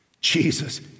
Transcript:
Jesus